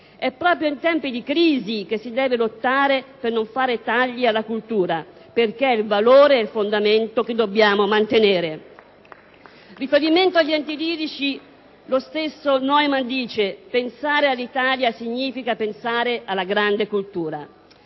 È proprio in tempi di crisi che si deve lottare per non fare tagli alla cultura, perché è il valore e il fondamento che dobbiamo mantenere». *(Applausi dal Gruppo PD).* In riferimento agli enti lirici lo stesso Neumann afferma: «Pensare all'Italia significa pensare alla grande cultura».